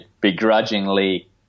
begrudgingly